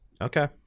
okay